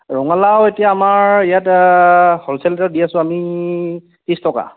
ৰঙালাও এতিয়া আমাৰ ইয়াত হ'লচেল ৰেটত দি আছো আমি ত্ৰিছ টকা